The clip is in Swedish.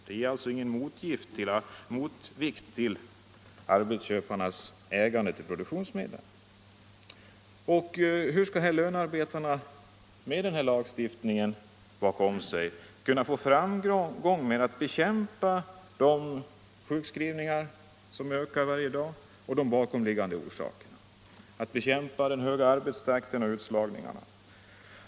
Det blir alltså ingen motvikt till arbetsköparnas ägande av produktionsmedlen. Hur skall arbetarna med denna lagstiftning bakom sig framgångsrikt kunna bekämpa de för varje dag ökande sjukskrivningarna och de bakomliggande orsakerna? Hur skall de kunna bekämpa den höga arbetstakten och utslagningarna?